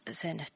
sen